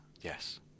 yes